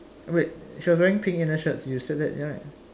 wait she was wearing pink inner shirt you said that right